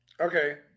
Okay